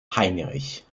heinrich